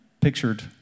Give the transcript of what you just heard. pictured